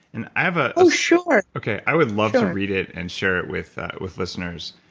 and i have a oh, sure okay, i would love to read it and share it with with listeners.